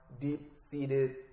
deep-seated